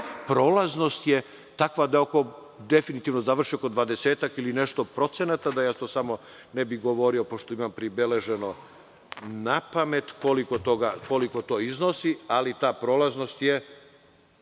prolaznost je takva da definitivno završi oko 20-ak ili nešto procenata. Da ja to samo ne bih govorio napamet, pošto imam pribeleženo koliko to iznosi, ta prolaznost je